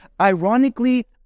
ironically